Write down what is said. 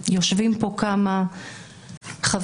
יושבים פה כמה חברים,